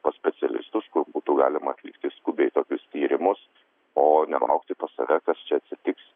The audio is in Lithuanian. pas specialistus kur būtų galima atlikti skubiai tokius tyrimus o nenulaukti pas save kas čia atsitks